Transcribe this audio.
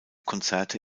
konzerte